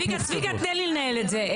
צביקה, צביקה, תן לי לנהל את זה.